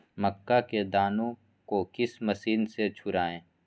मक्का के दानो को किस मशीन से छुड़ाए?